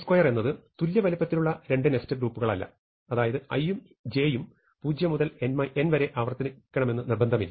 O എന്നത് തുല്യ വലുപ്പത്തിലുള്ള രണ്ട് നെസ്റ്റഡ് ലൂപ്പുകളല്ല അതായത് i യും j യും 0 മുതൽ n വരെ ആവർത്തിക്കണമെന്നു നിർബന്ധമില്ല